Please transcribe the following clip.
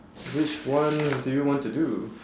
which one do you want to do